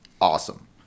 awesome